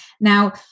Now